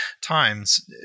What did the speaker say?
times